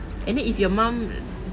and then if your mum